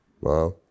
Wow